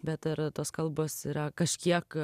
bet ar tos kalbos yra kažkiek